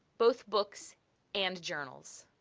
both books and journals.